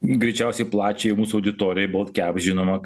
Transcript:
greičiausiai plačiajai mūsų auditorijai buvo kep žinoma